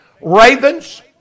Ravens